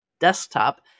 desktop